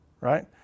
Right